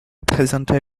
présenter